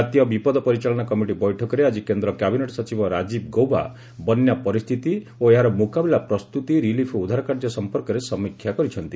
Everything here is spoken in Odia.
ଜାତୀୟ ବିପଦ ପରିଚାଳନା କମିଟି ବୈଠକରେ ଆଜି କେନ୍ଦ୍ର କ୍ୟାବିନେଟ୍ ସଚିବ ରାଜୀବ ଗୌବା ବନ୍ୟା ପରିସ୍ଥିତି ଓ ଏହାର ମୁକାବିଲା ପ୍ରସ୍ତତି ରିଲିଫ୍ ଓ ଉଦ୍ଧାର କାର୍ଯ୍ୟ ସମ୍ପର୍କରେ ସମୀକ୍ଷା କରିଛନ୍ତି